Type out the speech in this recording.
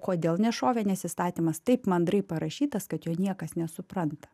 kodėl nešovė nes įstatymas taip mandrai parašytas kad jo niekas nesupranta